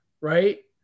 right